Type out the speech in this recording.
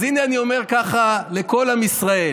אז הינה, אני אומר ככה לכל עם ישראל: